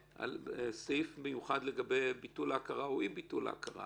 סעיף מיוחד לגבי ביטול ההכרה או אי-ביטול ההכרה